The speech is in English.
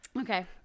Okay